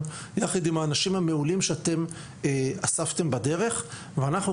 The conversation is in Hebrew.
יחד עם האנשים המעולים שאספתם בדרך ואנחנו,